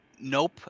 Nope